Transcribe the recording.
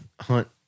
hunt